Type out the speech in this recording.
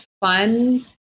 fun